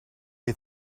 you